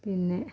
പിന്നെ